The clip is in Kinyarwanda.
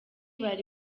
bari